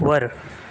वर